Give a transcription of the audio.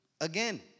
again